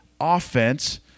offense